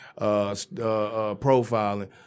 profiling